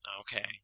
Okay